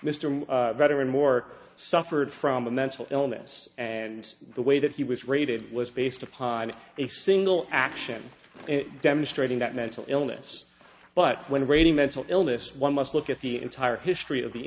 mr veteran mork suffered from a mental illness and the way that he was rated was based upon a single action demonstrating that mental illness but when rating mental illness one must look at the entire history of the